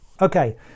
okay